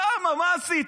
מה עשיתי?